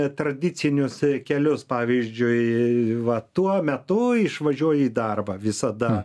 tradicinius kelius pavyzdžiui va tuo metu išvažiuoji į darbą visada